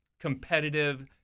competitive –